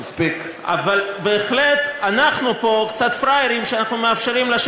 אבל אנחנו פה בהחלט קצת פראיירים כשאנחנו מאפשרים לך